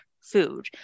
food